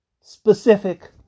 specific